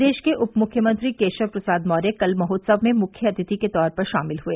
प्रदेश के उप मुख्यमंत्री केशव प्रसाद मौर्य कल महोत्सव में मुख्य अतिथि के तौर पर शामिल हुए